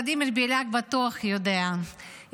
ולדימיר בליאק בטוח יודע,